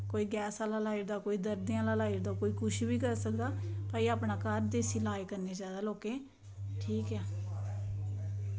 कोई गैस आह्ला लाई ओड़दा कोई दर्द आह्ला लाई ओड़दा कोई कपुछ बी करी सकदा ते भई घर अपना देसी लाज करना चाहिदा लोकें गी ते ठीक ऐ